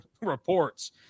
reports